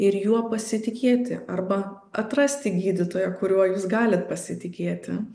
ir juo pasitikėti arba atrasti gydytoją kuriuo jūs galit pasitikėti